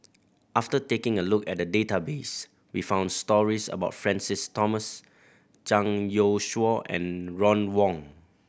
after taking a look at the database we found stories about Francis Thomas Zhang Youshuo and Ron Wong